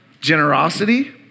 generosity